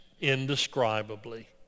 indescribably